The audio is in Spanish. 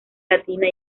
latina